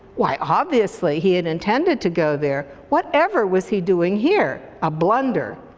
why obviously he had intended to go there. whatever was he doing here? a blunder.